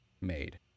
made